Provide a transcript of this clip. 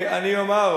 אני אומר,